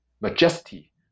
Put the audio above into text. majesty